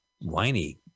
whiny